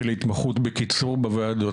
בבקשה.